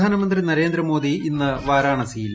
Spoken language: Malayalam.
പ്രധാനമന്ത്രി നരേന്ദ്രമോദി ഇന്ന് വാരാണസിയിൽ